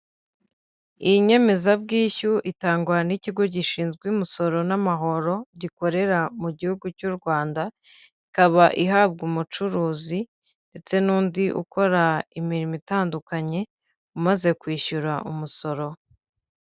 Iyi nyemezabwishyu itangwa n'ikigo gishinzwe imisoro n'amahoro gikorera mu gihugu cy'u Rwanda, ikaba ihabwa umucuruzi ndetse n'undi ukora imirimo itandukanye umaze kwishyura umusoro.